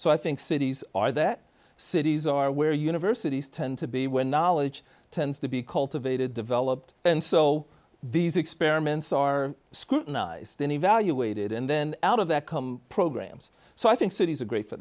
so i think cities are that cities are where universities tend to be where knowledge tends to be cultivated developed and so these experiments are scrutinized and evaluated and then out of that come programs so i think cities are great for